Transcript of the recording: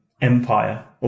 empire